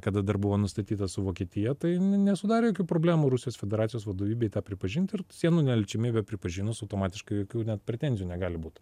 kada dar buvo nustatyta su vokietija tai ne nesudarė jokių problemų rusijos federacijos vadovybei tą pripažinti ir sienų neliečiamybę pripažinus automatiškai jokių net pretenzijų negali būt